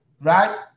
right